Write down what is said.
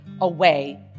away